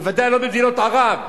בוודאי לא במדינות ערב,